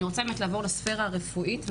ואני רוצה לעבור לספרה הרפואית.